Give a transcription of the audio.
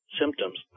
symptoms